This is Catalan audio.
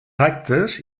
actes